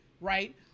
Right